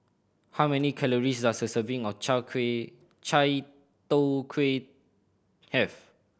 how many calories does a serving of chao kuay Chai Tow Kuay have